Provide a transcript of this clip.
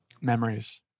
memories